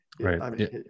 right